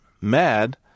mad